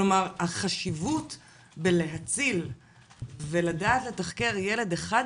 כלומר, החשיבות בלהציל ולדעת לתחקר ילד אחד כזה,